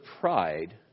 pride